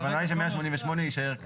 הכוונה היא ש-188 יישאר.